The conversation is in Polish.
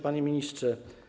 Panie Ministrze!